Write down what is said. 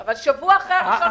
בספטמבר.